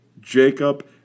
Jacob